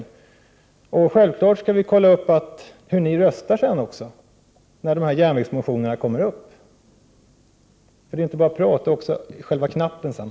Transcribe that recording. Vi skall självfallet kontrollera hur ni röstar när dessa motioner om järnvägen kommer upp till behandling. Det gäller inte bara att prata, utan också att trycka på knappen sedan.